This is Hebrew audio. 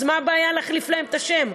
אז מה הבעיה להחליף להם את השם?